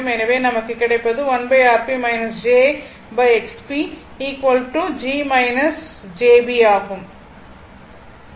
எனவே நமக்கு கிடைப்பது ஆகும்